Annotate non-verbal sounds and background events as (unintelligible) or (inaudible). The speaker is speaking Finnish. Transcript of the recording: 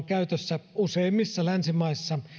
(unintelligible) käytössä useimmissa länsimaissa